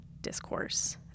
discourse